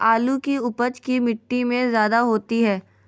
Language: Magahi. आलु की उपज की मिट्टी में जायदा होती है?